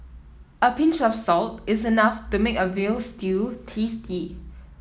a pinch of salt is enough to make a veal stew tasty